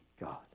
God